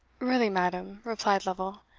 really, madam, replied lovel,